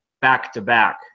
back-to-back